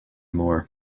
moore